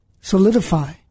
solidify